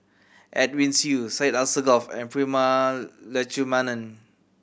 Edwin Siew Syed Alsagoff and Prema Letchumanan